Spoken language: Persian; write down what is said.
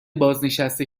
بازنشسته